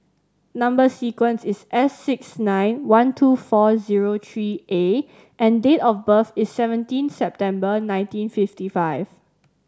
number sequence is S six nine one two four zero three A and date of birth is seventeen September nineteen fifty five